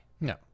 no